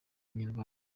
inyarwanda